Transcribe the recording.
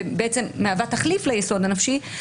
ומהווה תחליף ליסוד הנפשי,